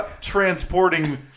transporting